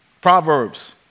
Proverbs